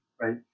right